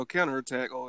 Counterattack